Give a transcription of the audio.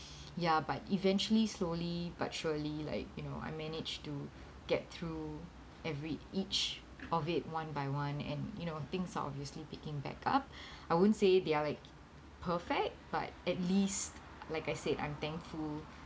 ya but eventually slowly but surely like you know I managed to get through every each of it one by one and you know things are obviously picking back up I won't say they're like perfect but at least like I said I'm thankful